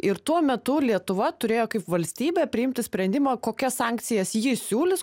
ir tuo metu lietuva turėjo kaip valstybė priimti sprendimą kokias sankcijas ji siūlys